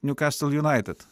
newcastle united